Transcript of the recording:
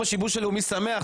יום שיבוש לאומי שמח.